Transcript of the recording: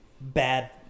bad